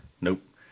Nope